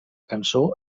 cançó